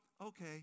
okay